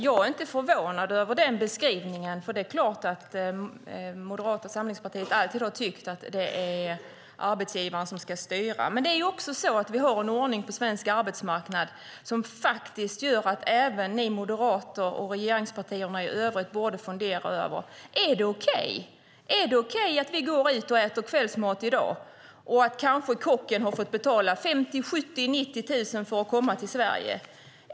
Jag är inte förvånad över denna beskrivning, för Moderata samlingspartiet har alltid tyckt att arbetsgivaren ska styra. Vi har dock en ordning på svensk arbetsmarknad som gör att även Moderaterna och övriga regeringspartier borde fundera över om det är okej att vi går ut och äter kvällsmat och att kocken kanske fått betala mellan 50 000 och 90 000 kronor för att komma till Sverige.